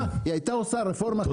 היא הייתה עושה רפורמה --- אוקיי,